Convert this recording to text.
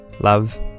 Love